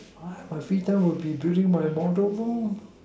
my free time will be building my model no